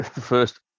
first